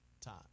time